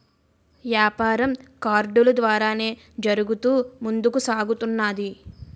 యాపారం కార్డులు ద్వారానే జరుగుతూ ముందుకు సాగుతున్నది